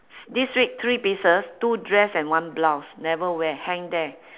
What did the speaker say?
this week three pieces two dress and one blouse never wear hang there